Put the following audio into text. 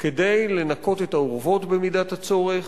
כדי לנקות את האורוות במידת הצורך,